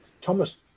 Thomas